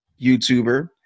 YouTuber